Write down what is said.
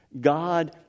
God